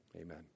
Amen